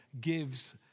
gives